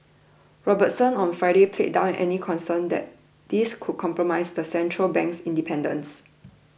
robertson on Friday played down any concerns that this could compromise the central bank's independence